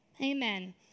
amen